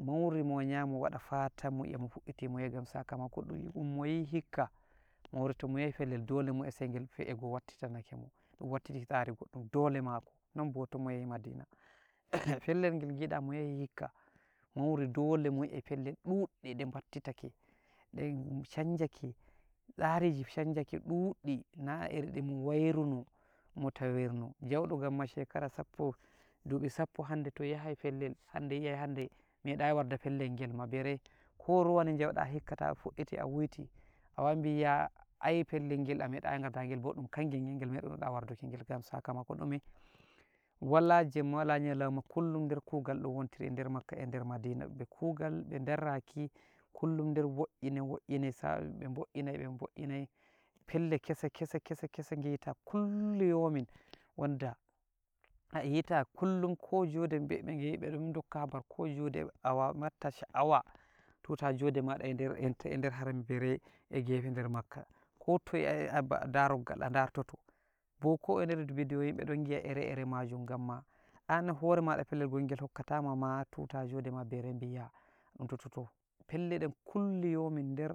mauri mo wanyayi mo waɗa fata miyi'a mo fuɗɗiti mo yahi gam sakamako dun mo yahi hikka mawri to mo yahi fellel dole mo yi'a sai ego wattitanake mo ɗun wattiti tsari goddum dole mako non bo to mo yahi madina fellel gel giɗa mo yahi hikka mauri dole mo yi'ai felle duɗɗe de battitake de canjake tsariji canjake duɗɗe na iri di mo wairuno mo tawirno jaudo gamma shekara saffo duɓi saffo hande to yahai fellel hande yi'i hande meɗayi warda fellel gel ma bere ko rowani jahuɗa hikka ta fuɗɗiti a wiuti a wawai biya ai fellel gel a meɗayi garda gel bo ɗun kangel gel, gel medu noda warduki gel, gam sakamako ɗume? wala jemma wala nyalauma kullum der kugal dun wontiri eder makkah eder madina be kugal be daraki kullum der wo'iine wo'iine be bo'iinai be bo'iinai felle kese-kese-kese-kese gita kullu yaumin wanda ayita kullum ko jode be ɗon dokka habar ko jode awatta sha'awa tuta jode mada eder enta eder harambere e gefe der makkah ko toye ayi'a ba daroggal a dartoto bo ko eder bidiyo yimbe ɗon gi'a ire-ire majum gamma an hore mada fellel gongel hokkata ma tuta jode mada bere biya a ɗuntoto to felle den kullu yaumin der